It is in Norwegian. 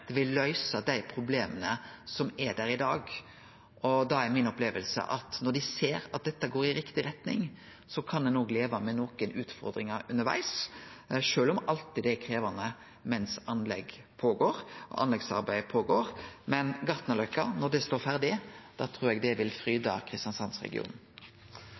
det kjem til å bli betre, at det vil løyse dei problema som er der i dag. Opplevinga mi er at når dei ser at dette går i riktig retning, så kan ein òg leve med nokre utfordringar undervegs, sjølv om det alltid er krevjande mens anleggsarbeidet går føre seg. Men når Gartnerløkka står ferdig, trur eg det vil